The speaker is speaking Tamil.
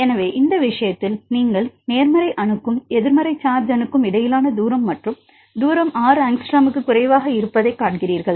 எனவே இந்த விஷயத்தில் நீங்கள் நேர்மறை அணுக்கும் எதிர்மறை சார்ஜ் அணுக்கும் இடையிலான தூரம் மற்றும் தூரம் 6 ஆங்ஸ்ட்ராமுக்குக் குறைவாக இருப்பதைக் காண்கிறீர்கள்